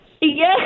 Yes